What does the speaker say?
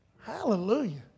Hallelujah